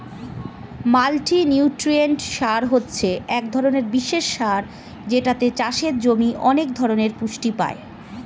multinutrient সার হচ্ছে এক ধরণের বিশেষ সার যেটাতে চাষের জমি অনেক ধরণের পুষ্টি পায়